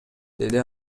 деди